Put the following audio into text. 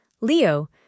Leo